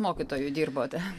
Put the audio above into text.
mokytoju dirbot